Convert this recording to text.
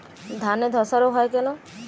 ধানে ধসা রোগ কেন হয়?